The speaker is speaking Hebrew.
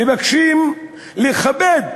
מבקשים לכבד,